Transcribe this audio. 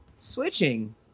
switching